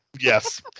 Yes